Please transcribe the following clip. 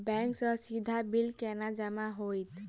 Bank सँ सीधा bill केना जमा होइत?